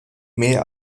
mehr